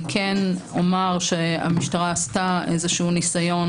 אני כן אומר שהמשטרה עשתה איזשהו ניסיון